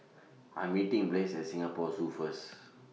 I'm meeting Blaise At Singapore Zoo First